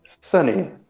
Sunny